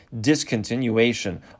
discontinuation